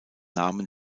namen